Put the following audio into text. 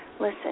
listen